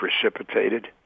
precipitated